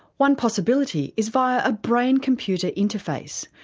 one possibility is via a brain computer interface,